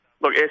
look